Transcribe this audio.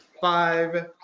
five